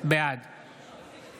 בעד